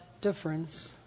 difference